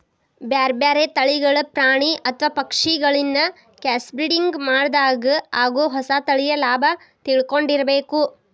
ಬ್ಯಾರ್ಬ್ಯಾರೇ ತಳಿಗಳ ಪ್ರಾಣಿ ಅತ್ವ ಪಕ್ಷಿಗಳಿನ್ನ ಕ್ರಾಸ್ಬ್ರಿಡಿಂಗ್ ಮಾಡಿದಾಗ ಆಗೋ ಹೊಸ ತಳಿಯ ಲಾಭ ತಿಳ್ಕೊಂಡಿರಬೇಕು